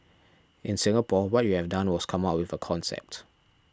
in Singapore what we have done was come up with a concept